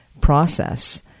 process